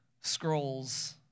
Scrolls